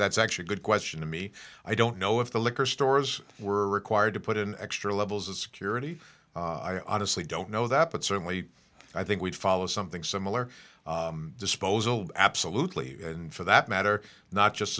that's actually a good question to me i don't know if the liquor stores were required to put in extra levels of security i honestly don't know that but certainly i think we'd follow something similar disposal absolutely and for that matter not just